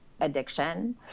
Addiction